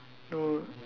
no